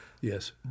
Yes